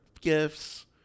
gifts